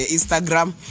Instagram